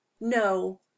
No